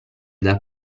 dal